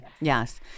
Yes